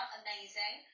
amazing